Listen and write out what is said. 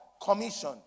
commission